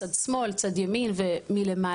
צד שמאל, צד ימין ומלמעלה.